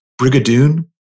Brigadoon